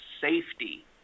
safety